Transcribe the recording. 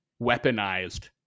weaponized